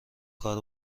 کار